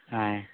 ఆయ్